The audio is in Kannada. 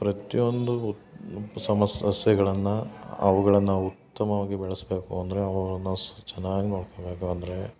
ಪ್ರತಿಯೊಂದು ಉತ್ ಸಮ ಸಸ್ಯಗಳನ್ನ ಅವುಗಳನ್ನ ಉತ್ತಮವಾಗಿ ಬೆಳಸಬೇಕು ಅಂದರೆ ಅವುಗಳನ್ನ ನಾವು ಸೊ ಚೆನ್ನಾಗಿ ನೋಡ್ಕೊಬೇಕು ಅಂದರೆ